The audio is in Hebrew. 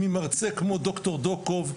ממרצה כמו ד"ר דוקוב,